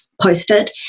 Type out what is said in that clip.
posted